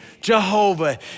Jehovah